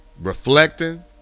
reflecting